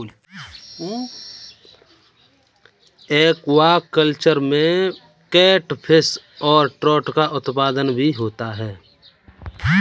aquaculture में catfish और trout का उत्पादन भी होता है